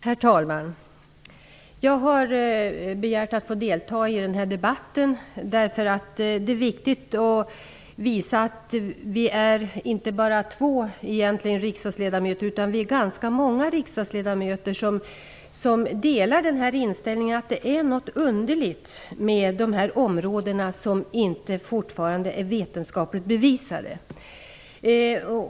Herr talman! Jag har begärt att få delta i den här debatten, eftersom det är viktigt att visa att vi faktiskt är ganska många riksdagsledamöter som delar inställningen att det är något underligt med de här områdena där det fortfarande inte finns vetenskapliga bevis.